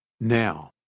Now